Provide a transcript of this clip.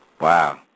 Wow